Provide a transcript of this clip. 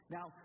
Now